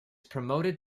promoted